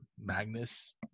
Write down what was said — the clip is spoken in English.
Magnus